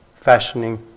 fashioning